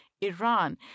Iran